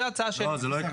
זו ההצעה שלי.